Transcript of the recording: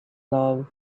love